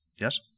Yes